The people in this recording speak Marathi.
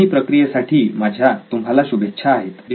चाचणी प्रक्रिये साठी माझ्या तुम्हाला शुभेच्छा आहेत